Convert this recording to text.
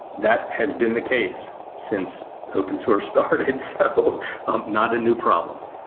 that has been the case since open source started. so um not a new problem.